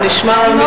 זה משתמע.